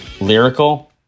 lyrical